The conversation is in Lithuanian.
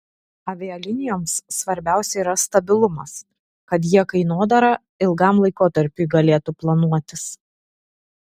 avialinijoms svarbiausia yra stabilumas kad jie kainodarą ilgam laikotarpiui galėtų planuotis